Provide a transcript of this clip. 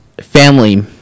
family